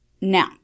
Now